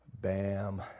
bam